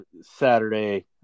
Saturday